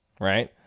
Right